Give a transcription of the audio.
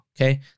Okay